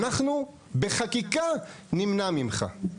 אנחנו בחקיקה נמנע ממך.